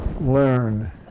Learn